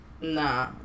nah